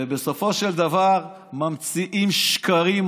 ובסופו של דבר ממציאים שקרים,